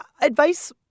advice